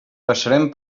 passarem